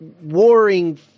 warring